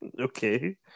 okay